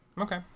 Okay